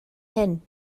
hyn